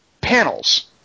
Panels